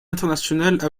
international